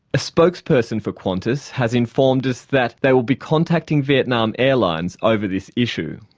a spokesperson for qantas has informed us that they will be contacting vietnam airlines over this issue.